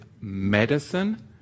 medicine